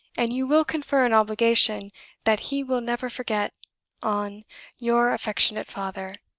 and you will confer an obligation that he will never forget on your affectionate father,